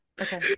okay